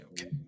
okay